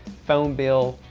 phone bill.